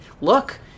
Look